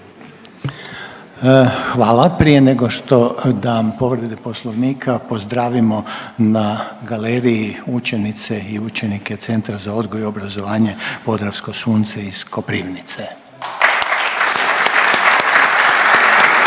Hvala. Prije nego što dam povrede poslovnika pozdravimo na galeriji učenice i učenike Centra za odgoj i obrazovanje Podravsko sunce iz Koprivnice